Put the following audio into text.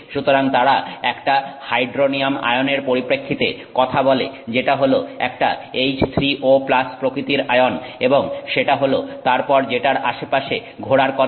সুতরাং তারা একটা হাইড্রোনিয়াম আয়নের পরিপ্রেক্ষিতে কথা বলে যেটা হলো একটা H3O প্রকৃতির আয়ন এবং সেটা হলো তারপর যেটার আশেপাশে ঘোরার কথা